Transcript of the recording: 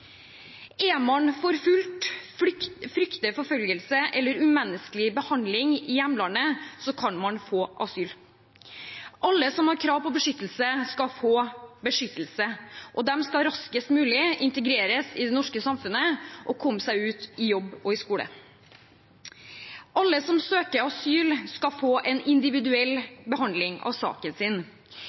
hjemlandet, kan man få asyl. Alle som har krav på beskyttelse, skal få beskyttelse, og de skal raskest mulig integreres i det norske samfunnet og komme seg i jobb og på skole. Alle som søker asyl, skal få en individuell behandling av saken sin.